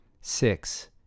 six